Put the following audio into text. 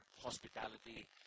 hospitality